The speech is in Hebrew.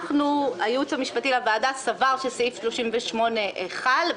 הייעוץ המשפטי לוועדה סבר שסעיף 38 חל,